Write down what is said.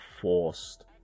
forced